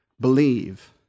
Believe